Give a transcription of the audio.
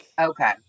okay